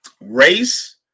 Race